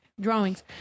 drawings